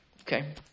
Okay